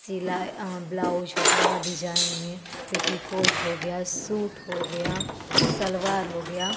सिला ब्लाउज हो गया डिजाईन में पेटीकोट हो गया सूट हो गया सल्वार हो गया